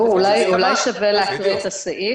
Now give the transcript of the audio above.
גור, אולי שווה להקריא את הסעיף?